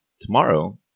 tomorrow